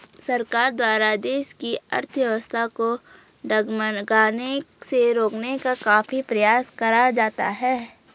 सरकार द्वारा देश की अर्थव्यवस्था को डगमगाने से रोकने का काफी प्रयास करा जाता है